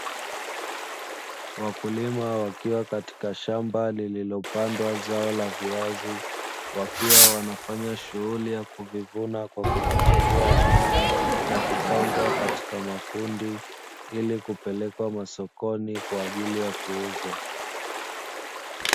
Wakulima wakiwa katika shamba lililopandwa zao la viazi, wakiwa wanafanya shughuli ya kuvivuna kwa kuvichimbua chini na kupangwa katika makundi, ili kupelekwa masokoni kwa ajili ya kuuzwa.